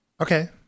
Okay